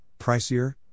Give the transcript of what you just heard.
pricier